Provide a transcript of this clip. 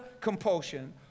compulsion